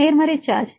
நேர்மறை சார்ஜ்